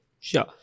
sure